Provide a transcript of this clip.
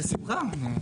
בשמחה.